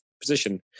position